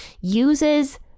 uses